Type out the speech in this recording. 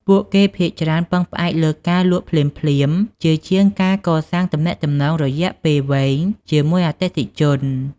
ពួកគេភាគច្រើនពឹងផ្អែកលើការលក់ភ្លាមៗជាជាងការកសាងទំនាក់ទំនងរយៈពេលវែងជាមួយអតិថិជន។